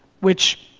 which,